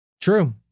True